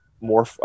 more –